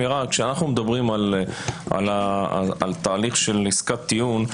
כשאנחנו מדברים על תהליך של עסקת טיעון,